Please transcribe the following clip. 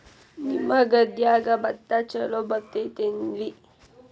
ನಿಮ್ಮ ಗದ್ಯಾಗ ಭತ್ತ ಛಲೋ ಬರ್ತೇತೇನ್ರಿ?